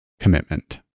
commitment